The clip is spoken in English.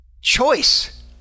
Choice